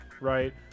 right